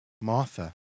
Martha